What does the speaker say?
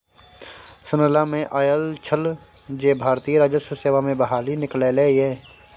सुनला मे आयल छल जे भारतीय राजस्व सेवा मे बहाली निकललै ये